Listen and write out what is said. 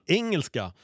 engelska